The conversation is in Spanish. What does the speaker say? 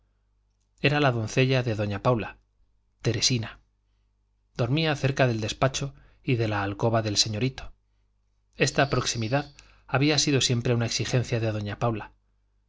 era la doncella de doña paula teresina dormía cerca del despacho y de la alcoba del señorito esta proximidad había sido siempre una exigencia de doña paula